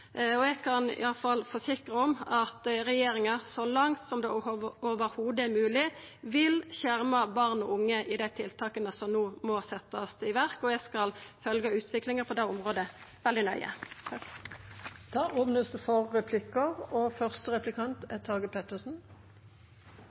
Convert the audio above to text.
Eg kan iallfall forsikra om at regjeringa så langt det i det heile er mogleg, vil skjerma barn og unge i dei tiltaka som no må setjast i verk. Eg skal følgja utviklinga på det området veldig nøye. Det blir replikkordskifte. Jeg har lyst til å si takk til statsråden for